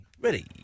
ready